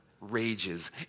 rages